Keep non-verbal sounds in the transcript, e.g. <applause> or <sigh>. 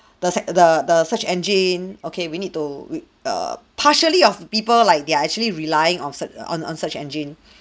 <breath> the sear~ the the search engine okay we need to we err partially of people like they're actually relying on search on on search engine